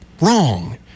wrong